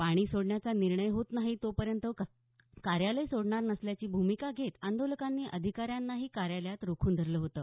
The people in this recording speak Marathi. पाणी सोडण्याचा निर्णय होत नाही तोपर्यंत कार्यालय सोडणार नसल्याची भूमिका घेत आंदोलकांनी अधिकाऱ्यांनाही कार्यालयात रोखून धरलं होतं